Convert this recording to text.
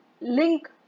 link